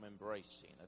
embracing